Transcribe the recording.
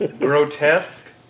Grotesque